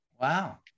Wow